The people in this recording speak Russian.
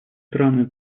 страны